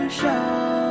show